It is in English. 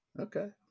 Okay